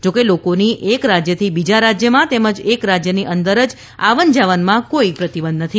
જો કે લોકોની એક રાજ્યથી બીજી રાજ્યમાં તેમજ એક રાજ્યની અંદર જ આવન જાવનમાં કોઇ પ્રતિબંધ નથી